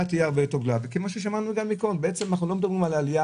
כמו ששמענו מקודם, אנחנו מדברים על עלייה